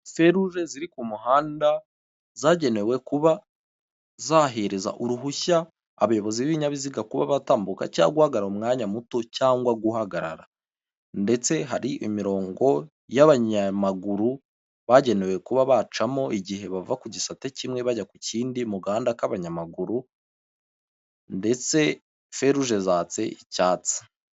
Feruje ziri ku muhanda zagenewe kuba zahereza uruhushya abayobozi b'ibinyabiziga kuba batambuka cyangwa guhagarara umwanya muto cyangwa guhagarara. ndetse hari imirongo y'abanyamaguru bagenewe kuba bacamo igihe bava ku gisate kimwe bajya ku kindi, mu gahanda k'abanyamaguru ndetse feruje zatse icyatsi.